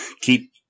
keep